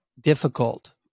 difficult